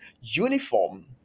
uniform